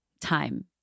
time